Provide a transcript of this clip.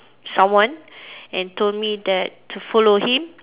someone and told me that to follow him